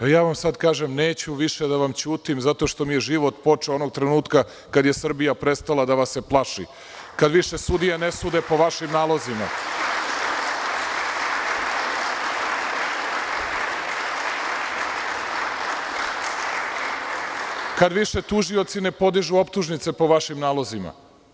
Evo, sada vam ja kažem neću više da vam ćutim zato što mi je život počeo onog trenutka kada je Srbija prestala vas da se plaši, kada više sudije ne sude po vašim nalozima, kada više tužioci ne podižu optužnice po vašim nalozima.